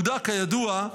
כידוע,